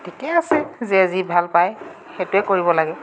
ঠিকে আছে যে যি ভাল পায় সেইটোৱে কৰিব লাগে